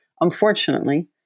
unfortunately